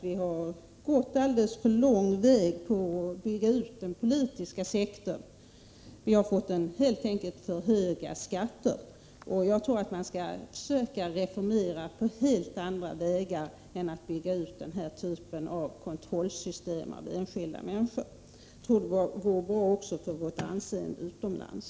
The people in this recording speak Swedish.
Vi har gått alldeles för långt när det gäller att bygga ut den politiska sektorn. Vi har helt enkelt fått för höga skatter. Jag tror att vi skall försöka reformera på helt andra vägar än genom att att bygga ut denna typ av system för kontroll av enskilda människor. Det vore bra också för vårt anseende utomlands.